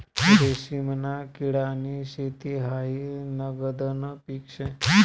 रेशीमना किडानी शेती हायी नगदनं पीक शे